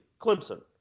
Clemson